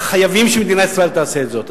חייבים שמדינת ישראל תעשה זאת.